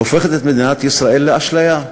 הופכת את מדינת ישראל לאשליה,